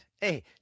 Hey